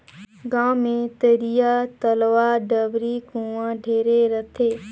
गांव मे तरिया, तलवा, डबरी, कुआँ ढेरे रथें